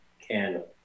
candle